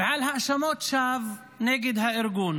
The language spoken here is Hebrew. ועל האשמות שווא נגד הארגון.